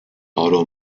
otto